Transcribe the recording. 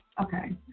Okay